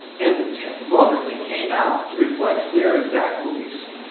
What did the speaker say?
and the book that came out reflects their exact beliefs.